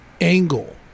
angle